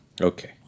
Okay